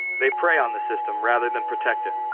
they prey on the system rather than protect it.